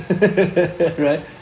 right